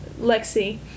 Lexi